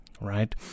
right